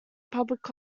public